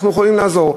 אנחנו יכולים לעזור.